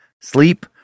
sleep